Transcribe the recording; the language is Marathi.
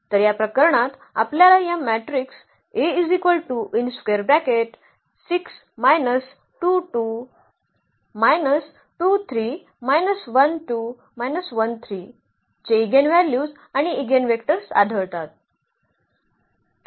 तर या प्रकरणात आपल्याला या मॅट्रिक्स चे ईगेनव्हल्यूज आणि ईगेनवेक्टर्स आढळतात